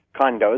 condos